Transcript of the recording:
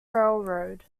railroad